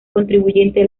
contribuyente